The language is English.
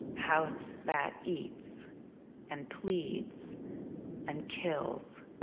house that eats and pleads and kills.